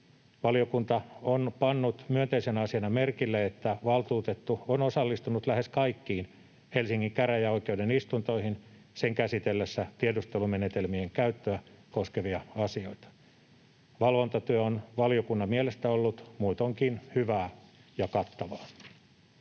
Valiokunta on pannut myönteisenä asiana merkille, että valtuutettu on osallistunut lähes kaikkiin Helsingin käräjäoikeuden istuntoihin sen käsitellessä tiedustelumenetelmien käyttöä koskevia asioita. Valvontatyö on valiokunnan mielestä ollut muutoinkin hyvää ja kattavaa.